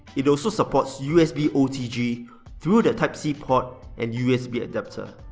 it also supports usb otg through the type c port and usb adapter.